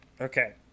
Okay